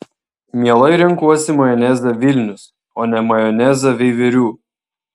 mielai renkuosi majonezą vilnius o ne majonezą veiverių